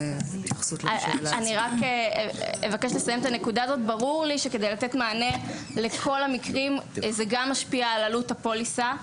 ברור לי שכדי לתת מענה לכל המקרים זה גם משפיע על עלות הפוליסה,